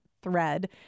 thread